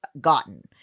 gotten